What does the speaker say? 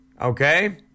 Okay